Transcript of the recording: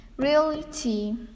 Reality